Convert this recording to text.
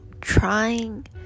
trying